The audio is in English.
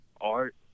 art